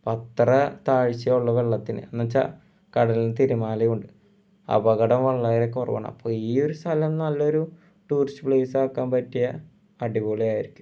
അത്ര താഴ്ച യെ ഉള്ളു വെള്ളത്തിന് എന്നുവച്ചാൽ കടൽ തിരമാലയും ഉണ്ട് അപകടം വളരെ കുറവണ് അപ്പോൾ ഈ ഒരു സ്ഥലം നല്ലൊരു ടൂറിസ്റ്റ് പ്ലേയ്സാക്കാൻ പറ്റിയാൽ അടിപൊളി ആയിരിക്കും